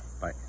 bye